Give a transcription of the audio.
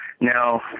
Now